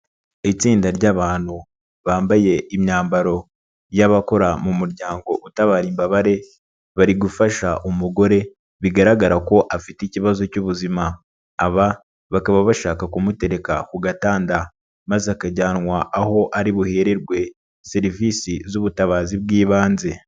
Itsinda ry'abantu bambaye imyambaro y'abakora mu muryango utabara imbabare, bari gufasha umugore bigaragara ko afite ikibazo cy'ubuzima, aba bakaba bashaka kumutereka ku gatanda maze akajyanwa aho ari buhererwe serivisi z'ubutabazi bw'ibanze.